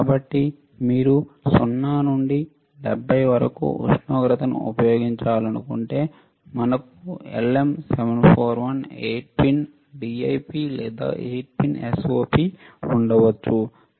కాబట్టి మీరు 0 నుండి 70 వరకు ఉష్ణోగ్రతను ఉపయోగించాలనుకుంటే మనకు LM 741 8 పిన్ DIP లేదా 8 పిన్ SOP ఉండవచ్చు